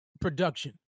production